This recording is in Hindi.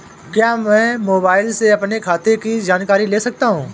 क्या मैं मोबाइल से अपने खाते की जानकारी ले सकता हूँ?